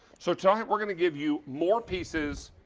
so so were gonna give you more pieces,